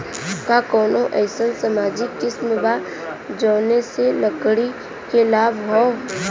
का कौनौ अईसन सामाजिक स्किम बा जौने से लड़की के लाभ हो?